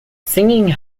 singing